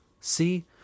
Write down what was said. See